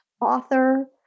author